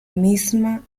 misma